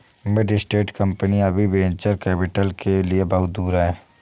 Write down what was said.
mid stage कंपनियां अभी venture capital के लिए बहुत दूर हैं